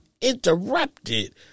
interrupted